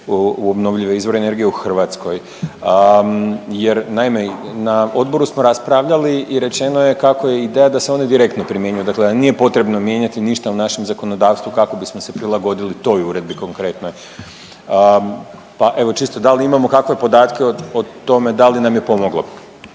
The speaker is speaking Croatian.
u obnovljive izvore energije u Hrvatskoj. Jer naime na odboru smo raspravljali i rečeno je kako je ideja da se oni direktno primjenjuju, dakle da nije potrebno mijenjati ništa u našem zakonodavstvu kako bismo se prilagodili toj uredbi konkretnoj. Pa evo čisto da li imamo kakve podatke o tome da li nam je pomoglo?